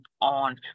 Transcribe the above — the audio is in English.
on